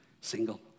single